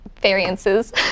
variances